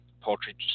poultry